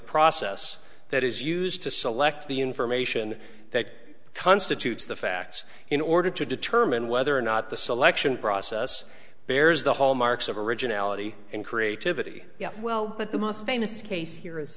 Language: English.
process that is used to select the information that constitutes the facts in order to determine whether or not the selection process bears the hallmarks of originality and creativity yeah well but the most famous case here is